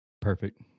perfect